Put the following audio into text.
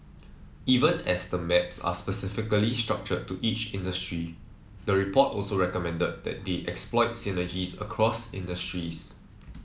even as the maps are specifically structured to each industry the report also recommended that they exploit synergies across industries